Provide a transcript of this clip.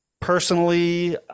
Personally